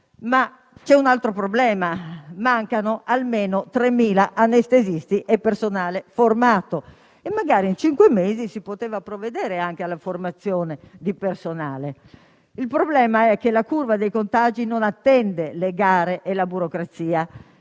però un altro problema: mancano almeno 3.000 anestesisti e personale formato e magari in cinque mesi si poteva provvedere anche alla formazione di personale. Il problema è che la curva dei contagi non attende le gare e la burocrazia.